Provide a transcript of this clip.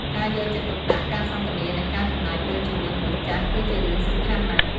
ការយកចិត្តទុកដាក់ ការសន្ទនា និងការចំណាយពេលជាមួយមនុស្សចាស់ គឺជារឿងសំខាន់ណាស់។